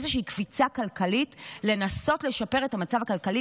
איזושהי קפיצה כלכלית לנסות לשפר את המצב הכלכלי,